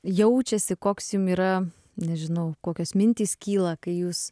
jaučiasi koks jum yra nežinau kokios mintys kyla kai jūs